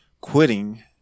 quitting